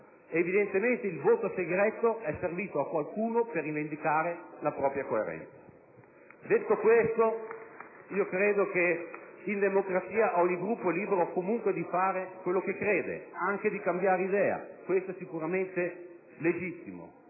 Evidentemente, il voto segreto è servito a qualcuno per rivendicare la propria coerenza *(Applausi dal Gruppo* *LNP)*. Credo che in democrazia ogni Gruppo sia libero comunque di fare quello che crede, anche di cambiare idea: questo è sicuramente legittimo.